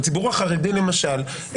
בציבור החרדי למשל,